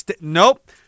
nope